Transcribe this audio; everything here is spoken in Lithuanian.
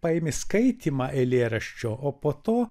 paėmė skaitymą eilėraščio o po to